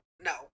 No